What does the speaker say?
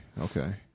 Okay